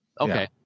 Okay